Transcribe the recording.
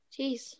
Jeez